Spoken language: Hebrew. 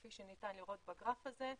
כפי שניתן לראות בגרף הזה,